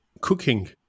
Cooking